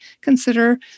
Consider